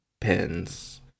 pens